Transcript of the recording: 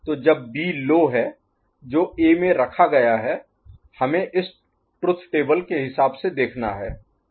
तो जब B low है जो ए में रखा गया है हमें इस ट्रुथ टेबल के हिसाब से देखना है